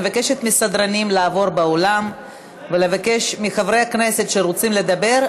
אני מבקשת מהסדרנים לעבור באולם ולבקש מחברי הכנסת שרוצים לדבר,